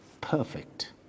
Perfect